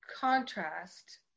contrast